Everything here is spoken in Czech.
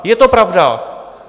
Je to pravda.